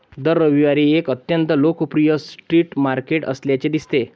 दर रविवारी एक अत्यंत लोकप्रिय स्ट्रीट मार्केट असल्याचे दिसते